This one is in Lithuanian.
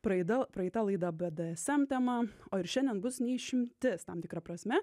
praida praeita laidą bdsm tema o ir šiandien bus ne išimtis tam tikra prasme